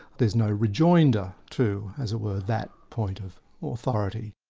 there's no rejoinder to as it were, that point of authority.